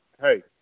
hey